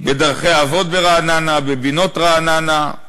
ב"מורשת אבות" ברעננה, ב"בינות" ברעננה?